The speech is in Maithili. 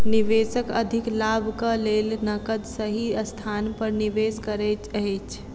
निवेशक अधिक लाभक लेल नकद सही स्थान पर निवेश करैत अछि